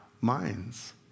minds